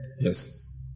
Yes